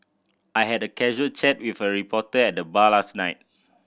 I had a casual chat with a reporter at the bar last night